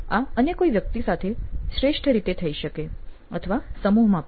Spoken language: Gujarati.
આ અન્ય કોઈ વ્યક્તિ સાથે શ્રેષ્ઠ રીતે થઇ શકે અથવા સમૂહમાં પણ